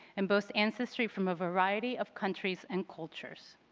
and boast ancestry from a variety of countries and cultures.